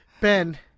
Ben